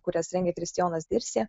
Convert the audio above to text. kurias rengė kristijonas dirsė